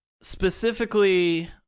Specifically